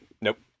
nope